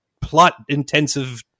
plot-intensive